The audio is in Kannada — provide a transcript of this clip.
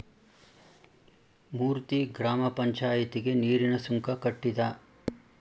ಮೂರ್ತಿ ಗ್ರಾಮ ಪಂಚಾಯಿತಿಗೆ ನೀರಿನ ಸುಂಕ ಕಟ್ಟಿದ